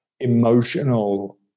emotional